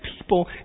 people